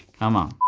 come on.